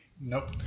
Nope